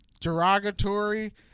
derogatory